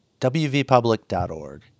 wvpublic.org